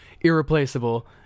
irreplaceable